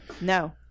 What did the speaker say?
no